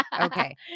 Okay